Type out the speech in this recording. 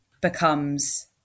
becomes